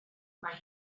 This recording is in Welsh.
mae